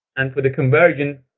and for the conversion,